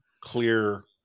clear